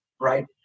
right